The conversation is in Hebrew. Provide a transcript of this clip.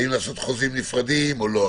האם לעשות חוזים נפרדים או לא?